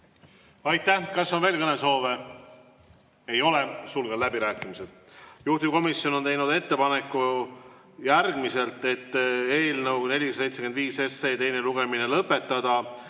Aitäh! Kas on veel kõnesoove? Ei ole. Sulgen läbirääkimised. Juhtivkomisjon on teinud ettepaneku eelnõu 475 teine lugemine lõpetada.